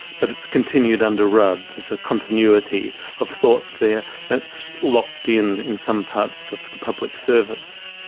but it's continued under rudd, there's a continuity of thought there that's locked in, in some parts of the public service.